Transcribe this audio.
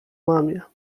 mamie